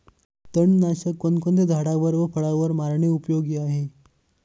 तणनाशक कोणकोणत्या झाडावर व फळावर मारणे उपयोगी आहे?